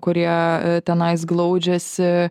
kurie tenais glaudžiasi